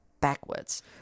backwards